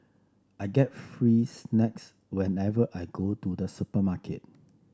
I get free snacks whenever I go to the supermarket